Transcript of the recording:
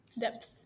Depth